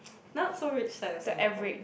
not so rich side of Singapore